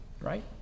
right